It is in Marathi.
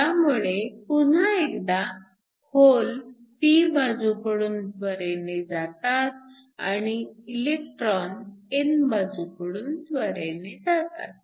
त्यामुळे पुन्हा एकदा होल p बाजूकडे त्वरेने जातात आणि इलेक्ट्रॉन n बाजूकडे त्वरेने जातात